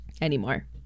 anymore